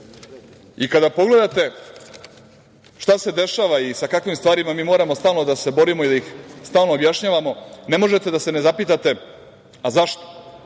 pogledate šta se dešava i sa kakvim stvarima mi moramo stalno da se borimo i da ih stalno objašnjavamo, ne možete a da se ne zapitate – zašto?